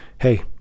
hey